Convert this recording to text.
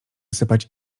sypać